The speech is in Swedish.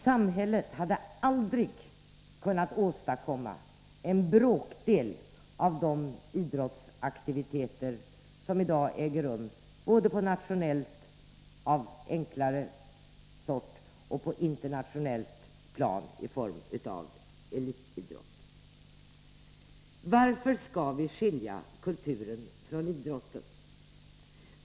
Samhället hade aldrig kunnat åstadkomma en bråkdel av de idrottsaktiviteter som i dag äger rum — både på nationellt plan av enklare slag och på internationellt plan i form av elitidrott. Varför skall vi skilja kulturen från idrotten?